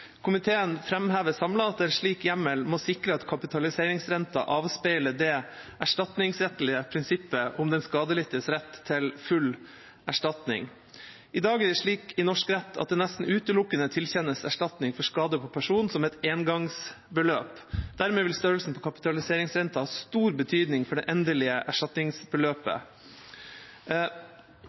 Komiteen framhever samlet at en slik hjemmel må sikre at kapitaliseringsrenten avspeiler det erstatningsrettslige prinsippet om den skadelidtes rett til full erstatning. I dag er det slik i norsk rett at det nesten utelukkende tilkjennes erstatning for skade på person som et engangsbeløp. Dermed vil størrelsen på kapitaliseringsrenten ha stor betydning for det endelige erstatningsbeløpet.